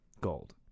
Gold